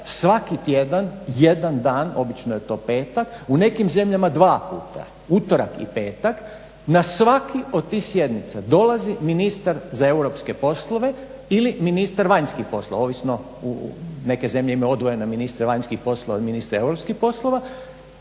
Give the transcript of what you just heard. svaki tjedan jedan dan obično je to petak, u nekim zemljama dva puta utorak i petak. Na svaki od tih sjednica dolazi ministar za europske poslove ili ministar vanjskih poslova, ovisno neke zemlje imaju odvojene ministre vanjskih poslova i ministre europskih poslova,